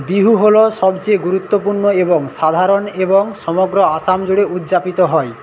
বিহু হল সবচেয়ে গুরুত্বপূর্ণ এবং সাধারণ এবং সমগ্র আসাম জুড়ে উদ্যাপিত হয়